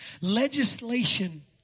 Legislation